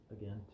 again